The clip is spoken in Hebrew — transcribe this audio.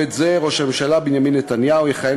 וממועד זה ראש הממשלה בנימין נתניהו יכהן